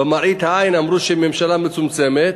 במראית העין אמרו שהיא ממשלה מצומצמת,